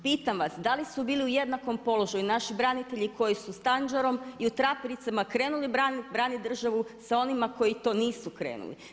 Pitam vas da li su bili u jednakom položaju i naši branitelji koji su sa tanđarom i u trapericama krenuli branit državu sa onima koji to nisu krenuli.